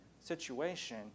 situation